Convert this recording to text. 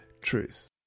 Truth